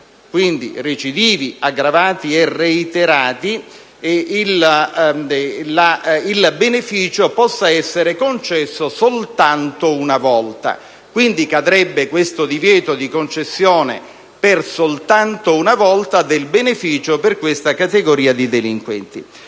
(recidivi aggravati e reiterati), il beneficio possa essere concesso soltanto una volta. Cadrebbe, quindi, il divieto di concessione soltanto per una volta del beneficio per questa categoria di delinquenti.